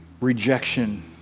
rejection